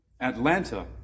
Atlanta